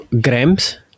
grams